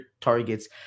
targets